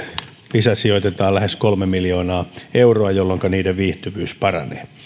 lisäsijoitetaan lähes kolme miljoonaa euroa jolloinka niiden viihtyvyys paranee